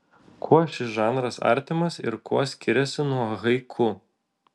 kuo šis žanras artimas ir kuo skiriasi nuo haiku